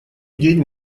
день